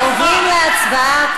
עוברים להצבעה,